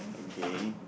okay